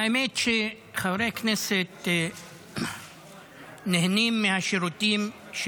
האמת היא שחברי הכנסת נהנים מהשירותים,